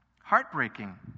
Heartbreaking